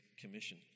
Commission